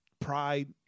pride